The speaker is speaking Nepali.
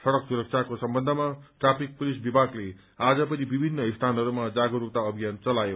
सड़क सुरक्षाको सम्बन्धमा ट्राफिक पुलिस विभागले आज पनि विभिन्न स्थानहरूमा जागरूकता अभियान चलायो